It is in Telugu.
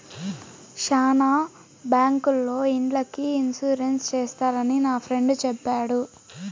శ్యానా బ్యాంకుల్లో ఇండ్లకి ఇన్సూరెన్స్ చేస్తారని నా ఫ్రెండు చెప్పాడు